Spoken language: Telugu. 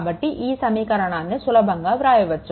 కాబట్టి ఈ సమీకరణాన్ని సులభంగా వ్రాయవచ్చు